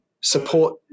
support